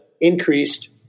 increased